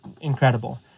incredible